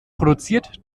produziert